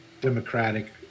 democratic